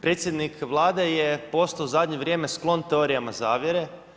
Predsjednik Vlade je postao u zadnje vrijeme sklon teorijama zavjere.